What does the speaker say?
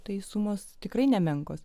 teisumas tikrai nemenkos